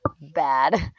bad